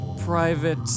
private